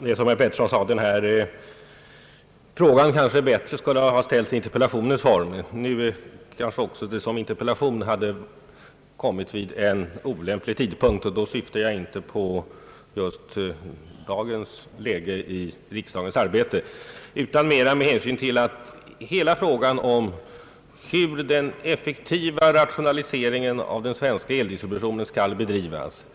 Herr talman! Det är som herr Pettersson säger att denna fråga hellre borde ha ställts i en interpellation är som en enkel fråga. Även som interpellation hade den måhända kommit vid en olämplig tidpunkt. Jag syftar då inte på dagens läge i riksdagens arbete, utan på att hela problemet om hur den effek tiva rationaliseringen av den svenska eldistributionen skall bedrivas